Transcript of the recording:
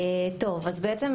אז בעצם,